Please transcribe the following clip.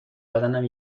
بدنم